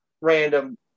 random